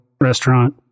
restaurant